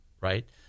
right